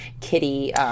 Kitty